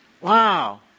Wow